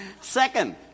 Second